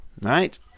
right